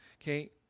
Okay